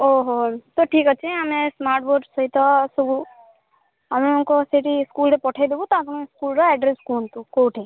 ଓ ହୋ ତ ଠିକ୍ ଅଛି ଆମେ ସ୍ମାର୍ଟ ବୋର୍ଡ଼ ସହିତ ସବୁ ଆପଣଙ୍କ ସେଇଠି ସ୍କୁଲ୍ରେ ପଠାଇଦବୁ ତ ଆପଣ ସ୍କୁଲ୍ର ଆଡ଼୍ରେସ କୁହନ୍ତୁ କେଉଁଠି